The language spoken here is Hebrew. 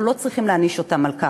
אנחנו לא צריכים להעניש אותם על כך.